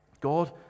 God